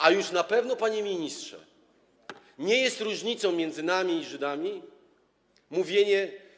A już na pewno, panie ministrze, nie jest różnicą między nami i Żydami mówienie.